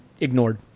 ignored